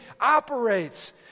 operates